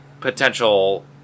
potential